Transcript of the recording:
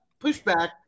pushback